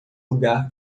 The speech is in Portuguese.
lugar